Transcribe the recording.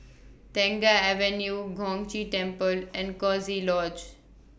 Tengah Avenue Gong Chee Temple and Coziee Lodge